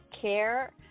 care